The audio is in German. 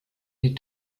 die